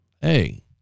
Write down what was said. hey